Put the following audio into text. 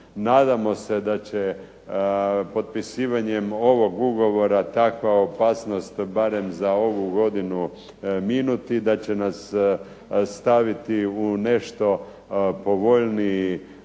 Nadamo se da će potpisivanjem ovog ugovora takva opasnost barem za ovu godinu minuti i da će nas staviti u nešto povoljniji